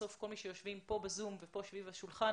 בסוף כל מי שיושבים כאן ב-זום וסביב השולחן,